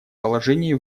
положений